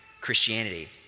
Christianity